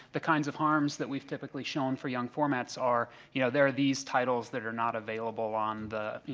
the kinds of harms that we've typically shown for young formats are, you know, there are these titles that are not available on the you